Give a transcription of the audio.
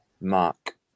Mark